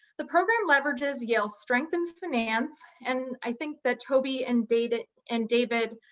the program leverages yale's strength in finance. and i think that toby and david and david